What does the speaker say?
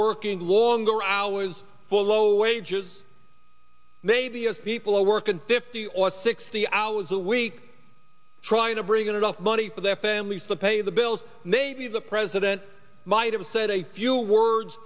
working longer hours for low wages maybe as people who work in fifty or sixty hours a week trying to bring in enough money for their families to pay the bills maybe the president might have said a few words